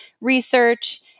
research